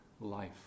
life